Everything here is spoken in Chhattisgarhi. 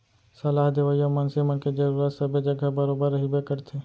सलाह देवइया मनसे मन के जरुरत सबे जघा बरोबर रहिबे करथे